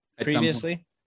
previously